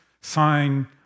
sign